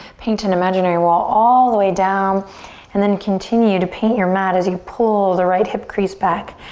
paint an imaginary wall all the way down and then continue to paint your mat as you pull the right hip crease back,